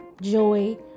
joy